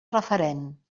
referent